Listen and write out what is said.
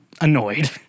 annoyed